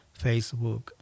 Facebook